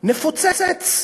נפוצץ,